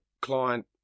client